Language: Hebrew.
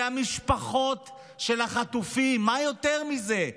המשפחות של החטופים, מה יותר מזה,